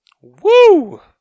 Woo